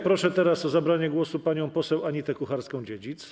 Proszę teraz o zabranie głosu panią poseł Anitę Kucharską-Dziedzic.